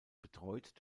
betreut